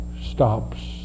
stops